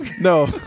No